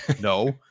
No